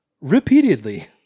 repeatedly